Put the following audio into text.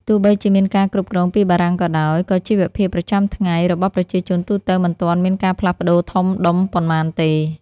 ទោះបីជាមានការគ្រប់គ្រងពីបារាំងក៏ដោយ ក៏ជីវភាពប្រចាំថ្ងៃរបស់ប្រជាជនទូទៅមិនទាន់មានការផ្លាស់ប្ដូរធំដុំប៉ុន្មានទេ។